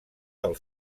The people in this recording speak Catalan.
del